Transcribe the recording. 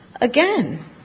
again